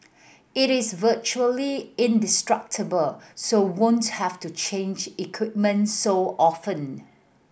it is virtually indestructible so won't have to change equipment so often